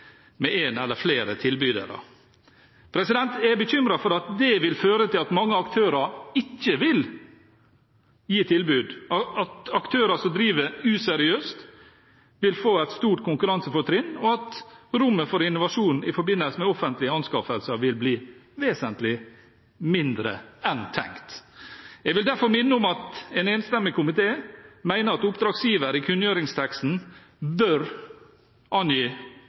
med én eller flere tilbydere. Jeg er bekymret for at det kan føre til at mange aktører ikke vil gi tilbud, at aktører som driver useriøst, vil få et stort konkurransefortrinn, og at rommet for innovasjon i forbindelse med offentlige anskaffelser vil bli vesentlig mindre enn tenkt. Jeg vil derfor minne om at en enstemmig komité mener at oppdragsgiver i kunngjøringsteksten bør angi